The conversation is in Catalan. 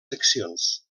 seccions